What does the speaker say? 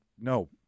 no